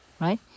right